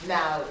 Now